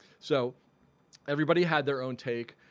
so everybody had their own take.